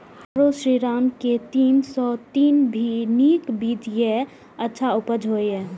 आरो श्रीराम के तीन सौ तीन भी नीक बीज ये अच्छा उपज होय इय?